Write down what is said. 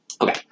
Okay